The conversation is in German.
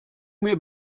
mir